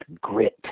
grit